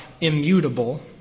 Immutable